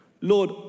Lord